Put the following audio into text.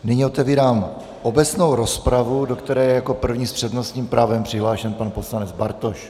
Nyní otevírám obecnou rozpravu, do které je jako první s přednostním právem přihlášen poslanec Bartoš.